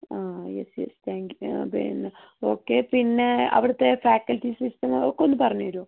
ah yes yes thank you ah പിന്നെ okay പിന്നെ അവിടുത്തെ ഫാക്കൽറ്റീസ് അതൊക്കെ ഒന്ന് പറഞ്ഞു തരുമോ